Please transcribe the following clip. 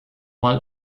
mal